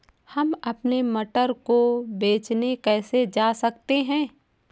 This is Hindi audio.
हम अपने मटर को बेचने कैसे जा सकते हैं?